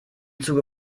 zuge